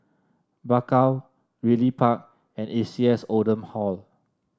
Bakau Ridley Park and A C S Oldham Hall